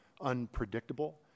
unpredictable